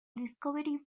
discovery